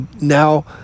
now